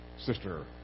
sister